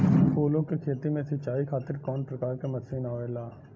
फूलो के खेती में सीचाई खातीर कवन प्रकार के मशीन आवेला?